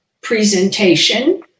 presentation